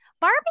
Barbie